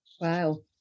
Wow